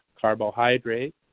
carbohydrates